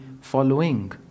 following